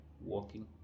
walking